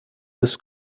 was